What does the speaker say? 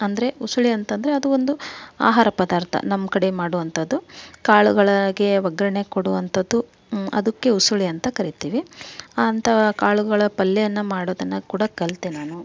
ಅಂದರೆ ಉಸುಳಿ ಅಂತಂದರೆ ಅದು ಒಂದು ಆಹಾರ ಪದಾರ್ಥ ನಮ್ಮ ಕಡೆ ಮಾಡುವಂಥದ್ದು ಕಾಳುಗಳಗೆ ಒಗ್ಗರಣೆ ಕೊಡುವಂಥದ್ದು ಅದಕ್ಕೆ ಉಸುಳಿ ಅಂತ ಕರೀತೀವಿ ಅಂಥ ಕಾಳುಗಳ ಪಲ್ಯನ ಮಾಡೋದನ್ನು ಕೂಡ ಕಲಿತೆ ನಾನು